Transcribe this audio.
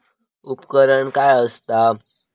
उपकरण काय असता?